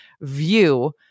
view